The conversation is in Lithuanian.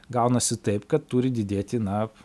gaunasi taip kad turi didėti na